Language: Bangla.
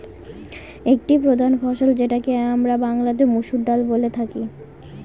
একটি প্রধান ফসল যেটাকে আমরা বাংলাতে মসুর ডাল বলে বুঝি